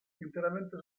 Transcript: interamente